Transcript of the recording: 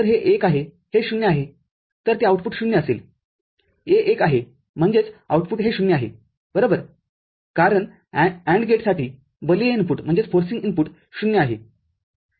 तर हे १ आहे हे ० आहे तरते आउटपुट ० असेल A १ आहेम्हणजेचआउटपुटहे ० आहे बरोबर कारण AND गेटसाठी बलीय इनपुट० आहे